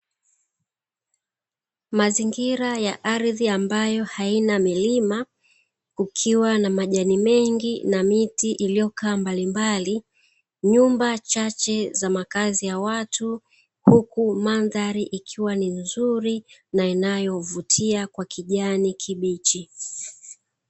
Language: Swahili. Mazingira ya ardhi ambayo haina milima kukiwa na majani mengi na miti iliyokaa mbalimbali, nyumba chache za makazi ya watu huku mandhari ikiwa ni nzuri na inayovutia kwa kijani kibichi.